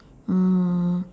mm